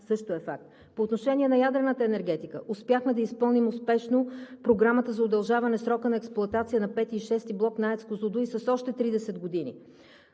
също е факт. По отношение на ядрената енергетика – успяхме да изпълним успешно програмата за удължаване срока на експлоатация на V и VI блок на АЕЦ „Козлодуй“ с още 30 години.